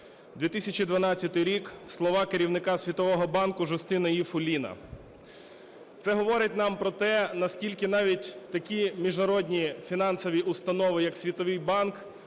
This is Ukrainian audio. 2012 рік, слова керівника Світового банку Джастіна Іфу Ліна. Це говорить нам про те, наскільки навіть такі міжнародні фінансові установи, як Світовий банк,